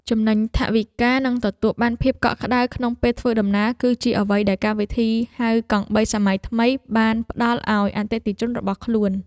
ចំណេញថវិកានិងទទួលបានភាពកក់ក្តៅក្នុងពេលធ្វើដំណើរគឺជាអ្វីដែលកម្មវិធីហៅកង់បីសម័យថ្មីបានផ្ដល់ឱ្យអតិថិជនរបស់ខ្លួន។